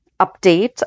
update